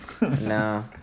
No